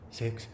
six